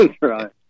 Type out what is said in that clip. right